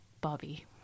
Bobby